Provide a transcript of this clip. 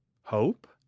hope